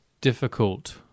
difficult